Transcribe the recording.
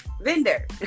vendor